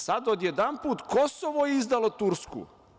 Sada odjedanput je Kosovo izdalo Tursku.